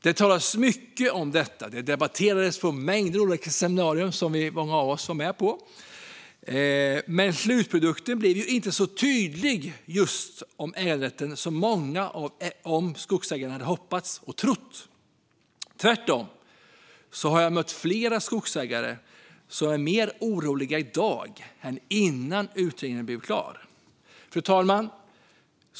Det talades mycket om detta och debatterades på mängder av olika seminarier som många av oss var med på, men slutprodukten blev inte så tydlig när det gällde just äganderätten som många av skogsägarna hade hoppats och trott. Tvärtom har jag mött flera skogsägare som är mer oroliga i dag än innan utredningen blev klar. Fru talman!